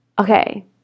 okay